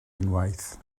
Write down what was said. unwaith